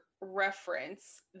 reference